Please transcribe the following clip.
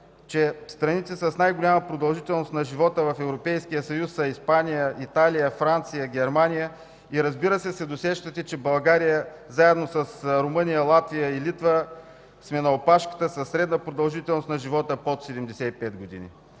че страните с най-голяма продължителност на живота в Европейския съюз са Испания, Италия, Франция и Германия. Разбира се, се досещате, че България заедно с Румъния, Латвия и Литва сме на опашката със средна продължителност на живота под 75 години.